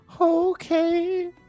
Okay